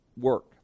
Work